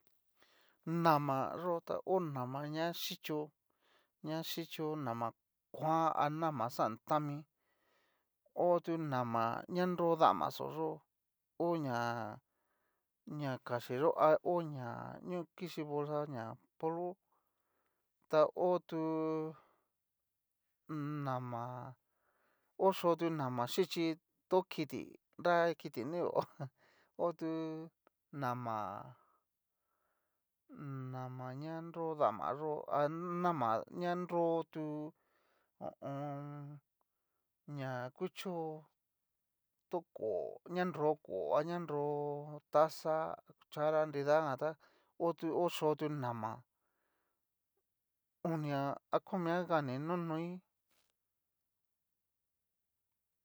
Nama yó ta ho nama na xhichio, ña xhichio nama kuan a nama xantami, ho tu nama ña nro damaxó yó, oña ña kachí yó a ho ña ña kixhi bolsa ña polvo, ta ho tú. nama oxhó u nama xhichi kiti na kiti nrivao otu nama, nama ña nro dama yó a nama ña nro tu ho o on. ña kuchó. tó kó'o aña nro kó'o aña nro taza, cuchara nidajan táo tu oxó tu nama onia a komia jan ni nonoí.